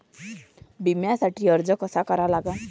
बिम्यासाठी अर्ज कसा करा लागते?